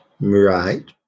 right